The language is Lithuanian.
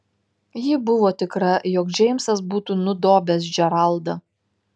ji buvo tikra jog džeimsas būtų nudobęs džeraldą